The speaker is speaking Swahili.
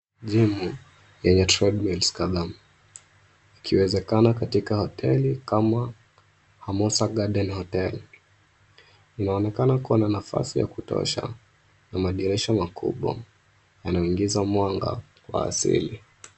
Gym yenye treadmills kadhaa, ikiwezekana katika hoteli kama Hamosa Garden Hotel . Inaonekana kuwa na nafasi ya kutosha na madirisha makubwa yanayoingiza mwanga wa asili.